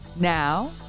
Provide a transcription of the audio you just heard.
Now